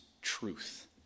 truth